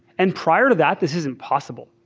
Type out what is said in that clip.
and prior to that, this is impossible.